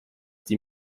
die